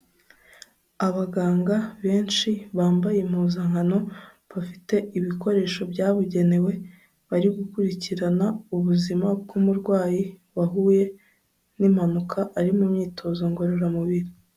Abaganga benshi bambaye impuzankano bafite ibikoresho byabugenewe, bari gukurikirana ubuzima bw'umurwayi wahuye n'impanuka ari mu myitozo ngororamubiri.